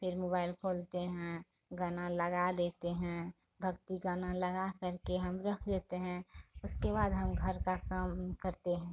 फिर मुबाइल खोलते हैं गाना लगा देते हैं भक्ति गाना लगाकर के हम रख देते हैं उसके बाद हम घर का काम ऊम करते हैं